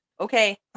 okay